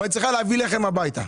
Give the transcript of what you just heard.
והיא צריכה להביא לחם הביתה.